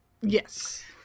yes